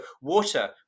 water